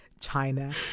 China